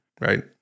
right